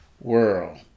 world